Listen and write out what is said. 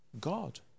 God